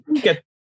get